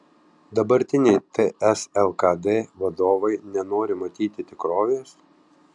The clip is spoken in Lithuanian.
dabartiniai ts lkd vadovai nenori matyti tikrovės